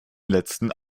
letzten